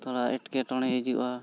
ᱛᱷᱚᱲᱟ ᱮᱴᱠᱮᱴᱚᱬᱮ ᱦᱤᱡᱩᱜᱼᱟ